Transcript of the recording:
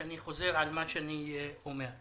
כשאני חוזר על מה שאני אומר.